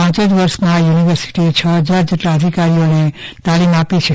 પાંચ જ વર્ષમાં આ યુનિવર્સિટીએ છ હજાર જેટલા અધિકારીઓને તાલીમ આપી છે